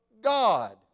God